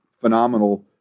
phenomenal